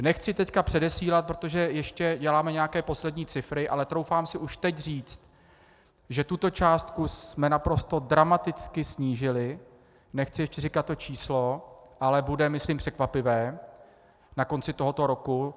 Nechci teď předesílat, protože ještě děláme nějaké poslední cifry, ale troufám si už teď říct, že tuto částku jsme naprosto dramaticky snížili, nechci ještě říkat to číslo, ale bude myslím překvapivé, na konci tohoto roku.